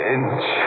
Inch